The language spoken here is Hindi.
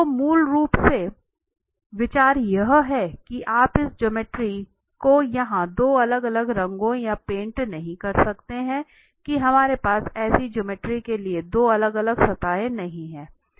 तो मूल रूप से विचार यह है कि आप इस ज्योमेट्री को यहां 2 अलग अलग रंगों या पेंट नहीं कर सकते हैं कि हमारे पास ऐसी ज्योमेट्री के लिए 2 अलग अलग सतहें नहीं हैं